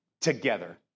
Together